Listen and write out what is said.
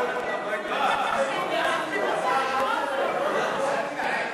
סעיפים 1 3, כהצעת הוועדה, נתקבלו.